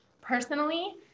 personally